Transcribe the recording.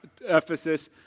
Ephesus